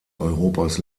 europas